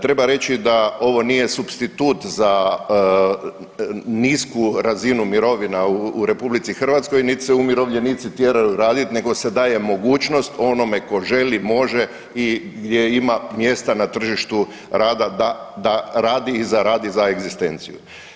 Treba reći da ovo nije supstitut za nisku razinu mirovina u RH niti se umirovljenici tjeraju radit nego se daje mogućnost onome ko želi, može i gdje ima mjesta na tržištu rada da radi i zaradi za egzistenciju.